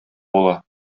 була